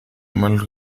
mal